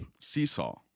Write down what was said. seesaw